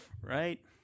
Right